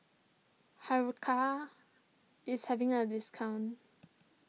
Hiruscar is having a discount